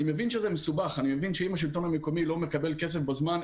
אני מבין שזה מסובך ואני מבין שאם השלטון המקומי לא מקבל כסף בזמן,